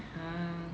ah